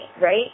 right